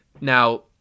Now